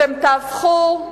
אתם תהפכו,